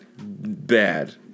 bad